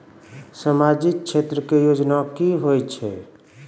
समाजिक क्षेत्र के योजना की होय छै?